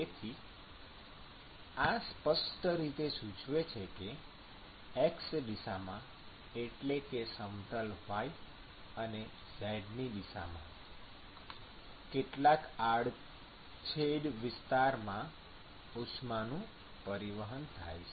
તેથી આ સ્પષ્ટ રીતે સૂચવે છે કે x દિશામાં એટલે કે સમતલ y અને z ની દિશામાં કેટલા આડછેદ વિસ્તારમાં ઉષ્માનું પરિવહન થાય છે